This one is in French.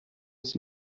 s’il